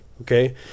okay